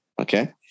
okay